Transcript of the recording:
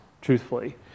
truthfully